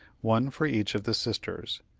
one for each of the sisters.